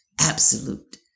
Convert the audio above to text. absolute